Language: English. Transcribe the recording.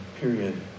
Period